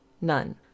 none